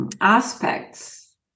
aspects